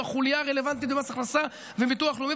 החוליה הרלוונטית במס ההכנסה ובביטוח לאומי,